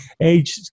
age